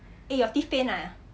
eh your teeth pain ah